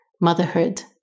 motherhood